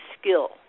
skill